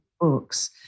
books